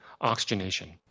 oxygenation